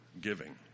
giving